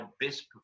best